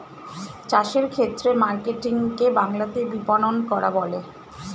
চাষের ক্ষেত্রে মার্কেটিং কে বাংলাতে বিপণন করা বলে